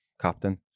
captain